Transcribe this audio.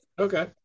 Okay